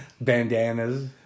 Bandanas